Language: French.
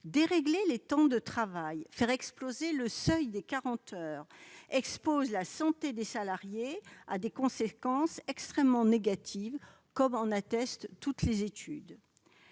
Dérégler les temps de travail et faire exploser le seuil des 40 heures expose la santé des salariés à des conséquences extrêmement négatives, comme en attestent toutes les études.